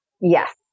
Yes